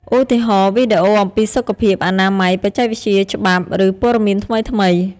ឧទាហរណ៍ វីដេអូអំពីសុខភាព អនាម័យ បច្ចេកវិទ្យា ច្បាប់ ឬព័ត៌មានថ្មីៗ។